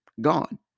gone